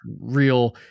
real